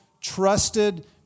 trusted